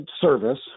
service